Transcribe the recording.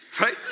right